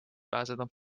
pääseda